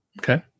Okay